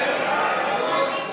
ההסתייגויות לסעיף 43,